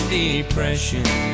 depression